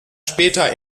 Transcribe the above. später